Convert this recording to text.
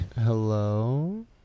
Hello